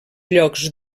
llocs